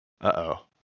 Uh-oh